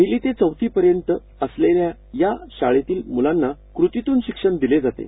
पहिली ते चौथी पर्यंत असलेल्या या शाळेतील मुलांना कृतीतून शिक्षण दिले जाते